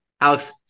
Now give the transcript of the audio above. Alex